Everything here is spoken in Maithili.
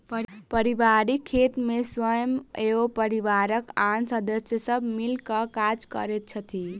पारिवारिक खेत मे स्वयं एवं परिवारक आन सदस्य सब मिल क काज करैत छथि